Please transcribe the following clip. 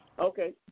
Okay